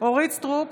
אורית מלכה סטרוק,